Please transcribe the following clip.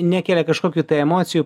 nekelia kažkokių tai emocijų